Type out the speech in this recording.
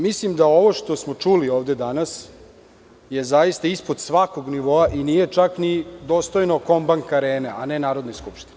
Mislim da ovo što smo čuli ovde danas je zaista ispod svakog nivoa i nije čak ni dostojno “Kombank arene“, a ne Narodne skupštine.